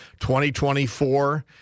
2024